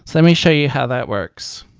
let me show you how that works.